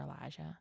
Elijah